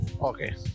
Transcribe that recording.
Okay